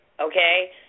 okay